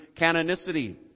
Canonicity